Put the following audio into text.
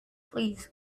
please